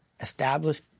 established